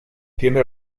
tiene